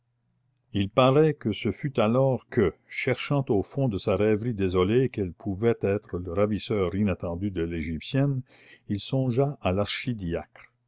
il paraît que ce fut alors que cherchant au fond de sa rêverie désolée quel pouvait être le ravisseur inattendu de l'égyptienne il songea à